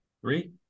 three